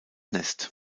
nest